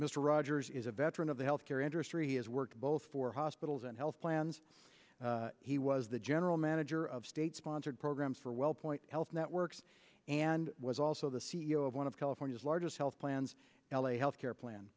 mr rogers is a veteran of the health care industry has worked both for hospitals and health plans he was the general manager of state sponsored programs for wellpoint health networks and was also the c e o of one of california's largest health plans l a health care plan